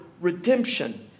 redemption